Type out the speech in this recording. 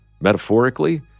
metaphorically